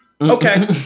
Okay